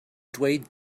dweud